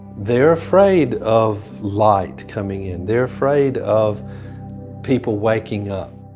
they are afraid of light coming in, they are afraid of people waking up.